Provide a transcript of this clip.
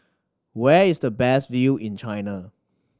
where is the best view in China